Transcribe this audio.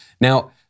Now